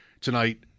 tonight